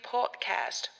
Podcast